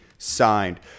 Signed